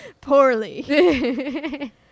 poorly